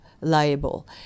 liable